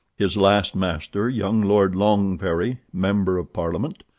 his last master, young lord longferry, member of parliament,